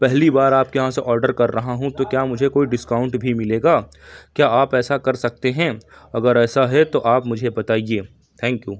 پہلی بار آپ کے یہاں سے آرڈر کر رہا ہوں تو کیا مجھے کوئی ڈسکاؤنٹ بھی ملے گا کیا آپ ایسا کر سکتے ہیں اگر ایسا ہے تو آپ مجھے بتائیے تھینک یو